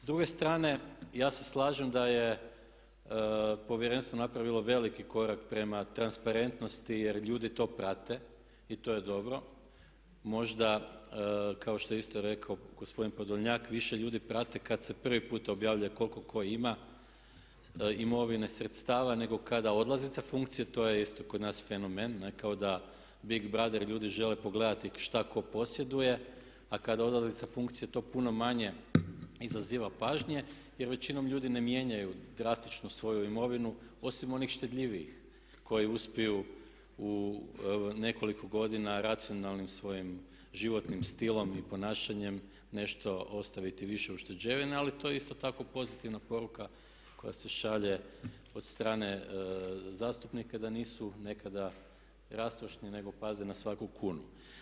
S druge strane ja se slažem da je Povjerenstvo napravilo veliki korak prema transparentnosti jer ljudi to prate i to je dobro, možda kao što je isto rekao gospodin Podolnjak više ljudi prate kada se prvi puta objavljuje koliko tko ima imovine, sredstava nego kada odlazi sa funkcije, to je isto kod nas fenomen kao big brother, ljudi žele pogledati šta tko posjeduje a kada odlazi sa funkcije to puno manje izaziva pažnje jer većinom ljudi ne mijenjaju drastično svoju imovinu osim onih štedljivijih koji uspiju u nekoliko godina racionalnim svojim životnim stilom i ponašanjem nešto ostaviti više ušteđevine ali to je isto tako pozitivna poruka koja se šalje od strane zastupnika da nisu nekada rastrošni nego paze na svaku kunu.